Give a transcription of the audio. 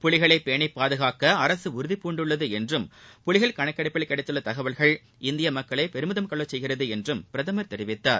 புலிகளை பேணி பாதுகாக்க அரசு உறுதிபூண்டுள்ளது என்றும் புலிகள் கணக்கெடுப்பில் கிடைத்துள்ள தகவல்கள் இந்திய மக்களை பெருமிதம் கொள்ளச் செய்கிறது என்றும் பிரதமர் தெரிவித்தார்